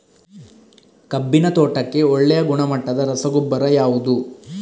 ಕಬ್ಬಿನ ತೋಟಕ್ಕೆ ಒಳ್ಳೆಯ ಗುಣಮಟ್ಟದ ರಸಗೊಬ್ಬರ ಯಾವುದು?